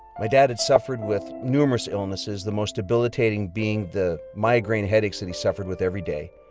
my dad had suffered with numerous illnesses, the most debilitating being the migraine headaches that he suffered with every day.